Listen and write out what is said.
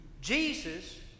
Jesus